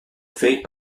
fait